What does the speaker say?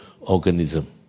organism